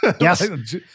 Yes